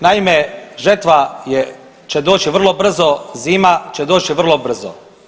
Naime, žetva je, će doći vrlo brzo, zima će doći vrlo brzo.